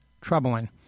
troubling